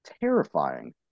terrifying